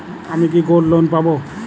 আমি কি gold loan পাবো?